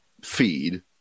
feed